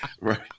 Right